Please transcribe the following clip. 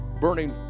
burning